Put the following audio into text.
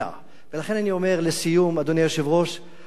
ולכן, אני אומר לסיום, אדוני היושב-ראש, הלוואי